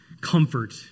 comfort